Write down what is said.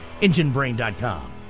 EngineBrain.com